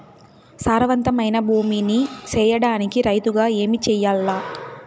సారవంతమైన భూమి నీ సేయడానికి రైతుగా ఏమి చెయల్ల?